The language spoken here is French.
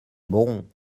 bon